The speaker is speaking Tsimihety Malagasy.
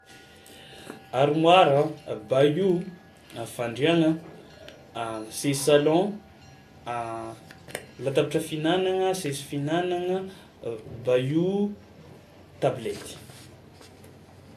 Armoara, bahut, a fandriagna, seza salon, latabatra fihinagnana, seza fihinagnana, bahut, tablety.